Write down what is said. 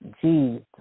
Jesus